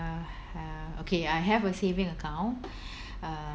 uh uh okay I have a saving account uh